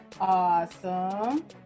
awesome